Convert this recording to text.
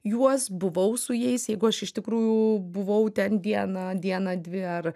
juos buvau su jais jeigu aš iš tikrųjų buvau ten dieną dieną dvi ar